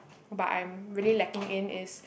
but I'm really lacking in is